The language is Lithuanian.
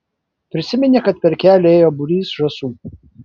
prisiminė kad per kelią ėjo būrys žąsų